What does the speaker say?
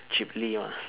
cheaply lah